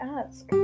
ask